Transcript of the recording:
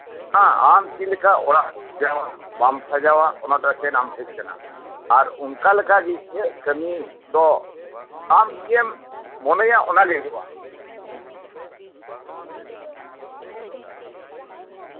ᱟᱢ ᱪᱮᱫ ᱞᱮᱠᱟ ᱚᱲᱟᱜ ᱫᱩᱣᱟᱹᱨ ᱵᱟᱢ ᱥᱟᱡᱟᱣᱟ ᱚᱱᱟ ᱫᱚ ᱮᱠᱮᱱ ᱟᱢ ᱴᱷᱮᱡ ᱠᱟᱱᱟ ᱟᱨ ᱚᱱᱠᱟ ᱞᱮᱠᱟᱜᱮ ᱠᱟᱢᱤ ᱫᱚ ᱮᱢ ᱪᱮᱫ ᱮᱢ ᱢᱚᱱᱮᱭᱟ ᱚᱱᱟ ᱜᱮ ᱦᱩᱭᱩᱜᱼᱟ